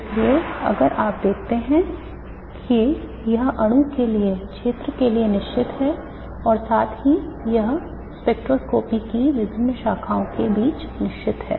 इसलिए आप देखते हैं कि यह अणु के लिए क्षेत्र के लिए निश्चित है और साथ ही यह स्पेक्ट्रोस्कोपी की विभिन्न शाखाओं के बीच निश्चित है